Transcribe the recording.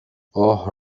اوه